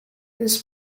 this